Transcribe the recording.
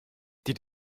die